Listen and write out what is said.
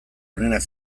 onenak